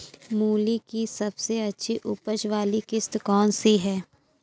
मूली की सबसे अच्छी उपज वाली किश्त कौन सी है?